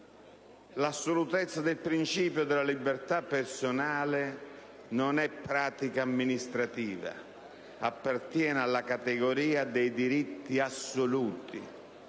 L'assolutezza del principio della libertà personale non è pratica amministrativa, ma appartiene alla categoria dei diritti assoluti.